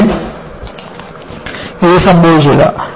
പക്ഷേ ഇത് സംഭവിച്ചിട്ടില്ല